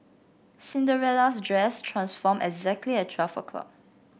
Cinderella's dress transformed exactly at twelve o'clock